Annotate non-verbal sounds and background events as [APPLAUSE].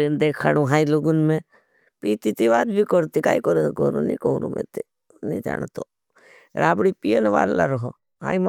[UNINTELLIGIBLE] देह, कहड़ू हाई लुगुं में पी धी। ती वाध भी कोरते, काई करें, कोरोंने कोरोंने टे, ने, जानतो राबडी पी ये भारल रहों, हाई मम।